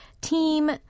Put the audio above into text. Team